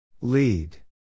Lead